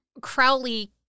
Crowley